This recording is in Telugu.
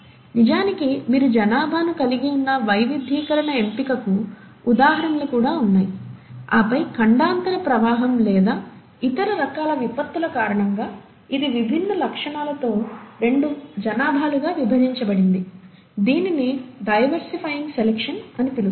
నిజానికి మీ జనాభాను కలిగి ఉన్న వైవిధ్యీకరణ ఎంపికకు ఉదాహరణలు కూడా ఉన్నాయి ఆపై ఖండాంతర ప్రవాహం లేదా ఇతర రకాల విపత్తుల కారణంగా ఇది విభిన్న లక్షణాలతో రెండు జనాభాలుగా విభజించబడింది దీనిని డివెర్సిఫయింగ్ సెలక్షన్ అని పిలుస్తారు